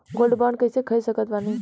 Gold bond कईसे खरीद सकत बानी?